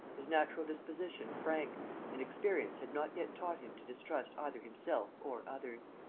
his natural disposition frank and experience had not yet taught him to distrust either himself or others.